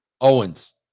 Owens